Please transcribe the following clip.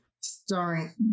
starring